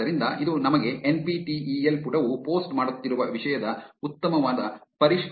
ಆದ್ದರಿಂದ ಇದು ನಮಗೆ N P T E L ಪುಟವು ಪೋಸ್ಟ್ ಮಾಡುತ್ತಿರುವ ವಿಷಯದ ಉತ್ತಮವಾದ ಪರಿಷ್ಕೃತ ವಿಶ್ಲೇಷಣೆಯನ್ನು ನೀಡುತ್ತದೆ